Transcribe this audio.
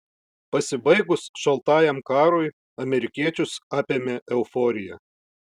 pasibaigus šaltajam karui amerikiečius apėmė euforija